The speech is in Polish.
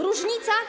Różnica?